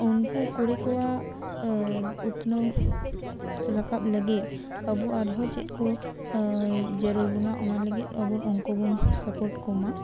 ᱩᱱᱠᱩ ᱠᱩᱲᱤ ᱠᱚᱣᱟᱜ ᱩᱛᱱᱟᱹᱣ ᱨᱟᱠᱟᱵ ᱞᱟᱹᱜᱤᱫ ᱟᱵᱩ ᱟᱨᱦᱚᱸ ᱪᱮᱫᱠᱩ ᱡᱟᱹᱲᱩᱨ ᱵᱚᱱᱟ ᱚᱱᱟ ᱞᱟᱹᱜᱤᱫ ᱩᱱᱠᱩ ᱵᱚᱱ ᱥᱟᱯᱚᱴ ᱠᱚᱢᱟ